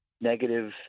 negative